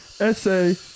essay